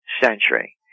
century